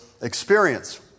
experience